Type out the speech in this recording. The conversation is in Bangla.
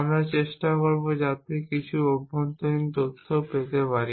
আমরা চেষ্টা করব যাতে কিছু অভ্যন্তরীণ তথ্য পেতে পারি